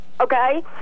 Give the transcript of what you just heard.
okay